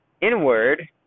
inward